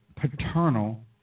paternal